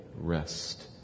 rest